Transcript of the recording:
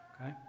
okay